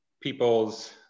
people's